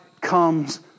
comes